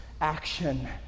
action